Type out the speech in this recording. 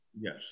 Yes